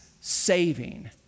saving